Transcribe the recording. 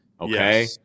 Okay